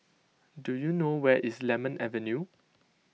do you know where is Lemon Avenue